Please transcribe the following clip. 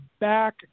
back